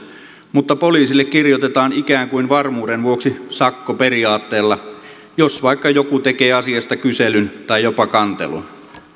mutta poliisille kirjoitetaan ikään kuin varmuuden vuoksi sakko periaatteella jos vaikka joku tekee asiasta kyselyn tai jopa kantelun